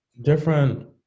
different